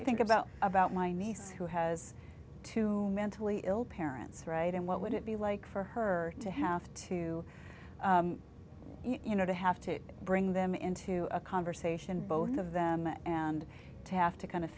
i think about about my niece who has two mentally ill parents right and what would it be like for her to have to you know to have to bring them into a conversation both of them and to have to kind of